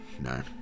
No